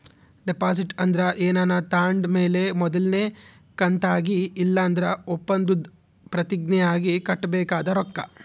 deposit ಅಂದ್ರ ಏನಾನ ತಾಂಡ್ ಮೇಲೆ ಮೊದಲ್ನೇ ಕಂತಾಗಿ ಇಲ್ಲಂದ್ರ ಒಪ್ಪಂದುದ್ ಪ್ರತಿಜ್ಞೆ ಆಗಿ ಕಟ್ಟಬೇಕಾದ ರೊಕ್ಕ